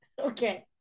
okay